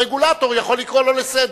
הרגולטור יכול לקרוא לו לסדר,